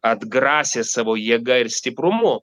atgrasė savo jėga ir stiprumu